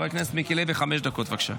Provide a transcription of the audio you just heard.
הכנסת מיקי לוי, חמש דקות בבקשה.